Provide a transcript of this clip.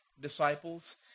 disciples